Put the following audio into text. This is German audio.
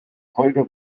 folge